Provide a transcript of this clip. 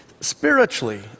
spiritually